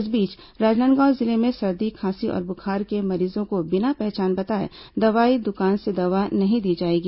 इस बीच राजनांदगांव जिले में सर्दी खांसी और बुखार के मरीजों को बिना पहचान बताए दवाई दुकान से दवा नहीं दी जाएगी